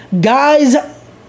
guys